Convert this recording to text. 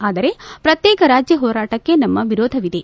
ಆದರೆ ಪ್ರತ್ಯೇಕ ರಾಜ್ಯ ಹೋರಾಟಕ್ಕೆ ನಮ್ನ ವಿರೋಧವಿದೆ